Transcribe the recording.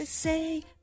Say